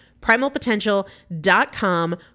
Primalpotential.com